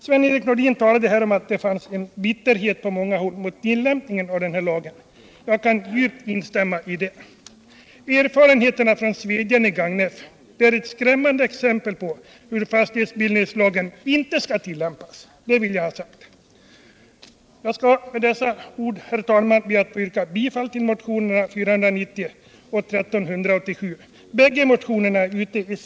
Sven-Erik Nordin talade här om att det på många håll finns en bitterhet mot tillämpningen av lagen. Jag kan helt och fullt instämma i det. Erfarenheterna från Svedjan i Gagnef är ett skrämmande exempel på hur fastighetsbildnings